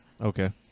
Okay